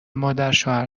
مادرشوهر